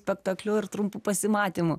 spektakliu ir trumpu pasimatymu